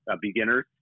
beginner's